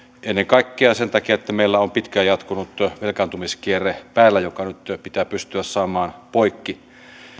ennen kaikkea sen takia että meillä on päällä pitkään jatkunut velkaantumiskierre joka nyt pitää pystyä saamaan poikki